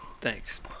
Thanks